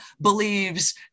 believes